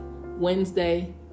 Wednesday